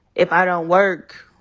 if i don't work,